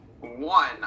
One